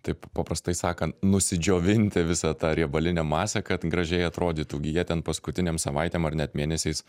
taip paprastai sakant nusidžiovinti visą tą riebalinę masę kad gražiai atrodytų gi jie ten paskutinėm savaitėm ar net mėnesiais